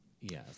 Yes